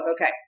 Okay